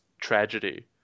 tragedy